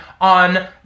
on